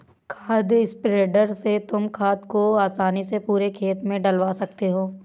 खाद स्प्रेडर से तुम खाद को आसानी से पूरे खेत में डलवा सकते हो